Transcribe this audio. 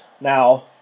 Now